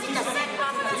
אז תתעסק בעבודה שלך,